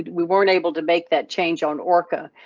we weren't able to make that change on orca,